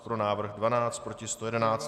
Pro návrh 12, proti 111.